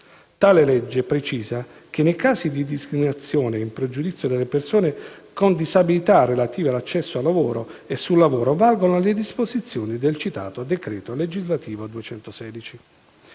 Tale legge precisa che nei casi di discriminazioni in pregiudizio delle persone con disabilità relative all'accesso al lavoro e sul lavoro valgono le disposizioni del citato decreto legislativo n.